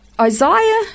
Isaiah